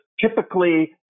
typically